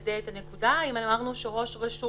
לוודא את הנקודה, אם אמרנו שראש רשות